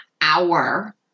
hour